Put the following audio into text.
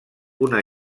una